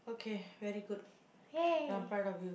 okay very good I'm proud of you